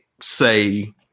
say